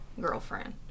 girlfriend